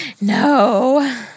No